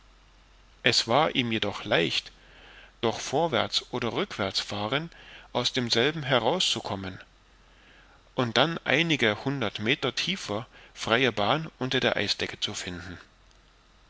es war ihm jedoch leicht durch vorwärts oder rückwärtsfahren aus demselben herauszukommen um dann einige hundert meter tiefer freie bahn unter der eisdecke zu finden